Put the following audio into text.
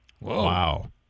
Wow